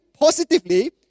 positively